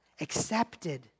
accepted